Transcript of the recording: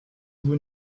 vous